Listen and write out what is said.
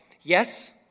Yes